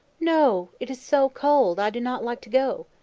no it is so cold, i do not like to go.